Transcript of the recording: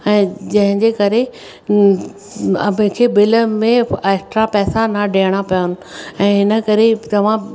ऐं जंहिंजे करे मूंखे बिल में एक्स्ट्रा पैसा न ॾियणा पवनि ऐं हिन करे तव्हां